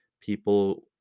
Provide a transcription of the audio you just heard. people